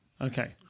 Okay